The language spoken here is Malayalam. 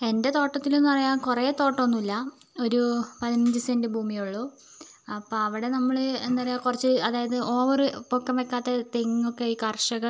എൻ്റെ തോട്ടത്തിലെന്ന് പറയാൻ കുറെ തോട്ടം ഒന്നുമില്ല ഒരു പതിനഞ്ച് സെൻറ്റ് ഭൂമിയേ ഉള്ളു അപ്പം അവിടെ നമ്മള് എന്താ പറയുക കുറച്ച് അതായത് ഓവറ് പൊക്കം വയ്ക്കാത്ത തെങ്ങ് ഒക്കെ ഈ കർഷക